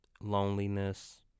loneliness